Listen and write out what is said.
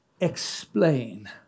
explain